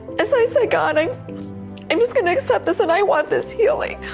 as i said, god, i'm i'm just going to accept this and i want this healing,